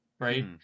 Right